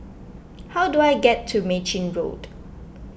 how do I get to Mei Chin Road